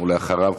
ואחריו,